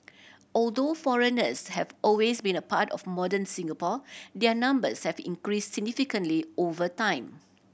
although foreigners have always been a part of modern Singapore their numbers have increase significantly over time